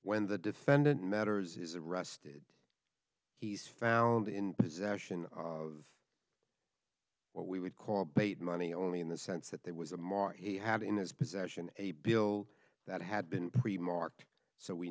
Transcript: when the defendant matters is arrested he's found in possession of well we would call bait money only in the sense that there was a more he had in his possession a bill that had been pretty marked so we